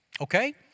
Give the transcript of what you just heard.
Okay